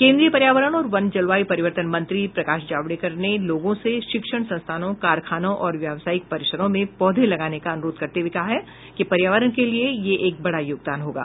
केन्द्रीय पर्यावरण वन और जलवायू परिवर्तन मंत्री प्रकाश जावड़ेकर ने लोगों से शिक्षण संस्थानों कारखानों और व्यवसायिक परिसरों में पौधे लगाने का अनुरोध करते हुए कहा है कि पर्यावरण के लिए यह एक बड़ा योगदान होगा